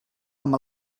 amb